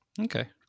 Okay